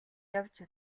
явж